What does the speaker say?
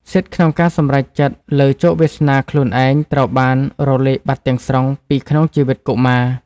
សិទ្ធិក្នុងការសម្រេចចិត្តលើជោគវាសនាខ្លួនឯងត្រូវបានរលាយបាត់ទាំងស្រុងពីក្នុងជីវិតកុមារ។